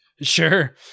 Sure